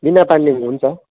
बिना पाङ्देनको हुन्छ